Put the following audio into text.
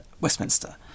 Westminster